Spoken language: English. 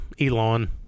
Elon